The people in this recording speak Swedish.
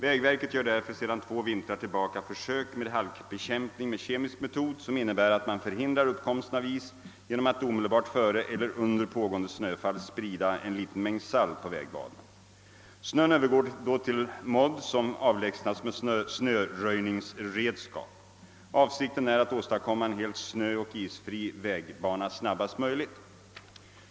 Vägverket gör därför sedan två vintrar tillbaka försök med halkbekämpning med kemisk metod, som innebär att man förhindrar uppkomsten av is genom att omedelbart före eller under pågående snöfall sprida en liten mängd salt på vägbanan. Snön övergår då till modd som avlägsnas med snöröjningsredskap. Avsikten är att åstadkomma en helt snöoch isfri vägbana snabbast möjligt.